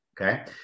Okay